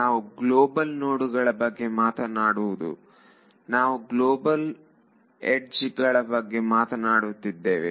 ನಾವು ಗ್ಲೋಬಲ್ ನೋಡುಗಳ ಬಗ್ಗೆ ಮಾತನಾಡು ನಾವು ಗ್ಲೋಬಲ್ ಎಡ್ಜ್ ಗಳ ಬಗ್ಗೆ ಮಾತನಾಡುತ್ತಿದ್ದೇವೆ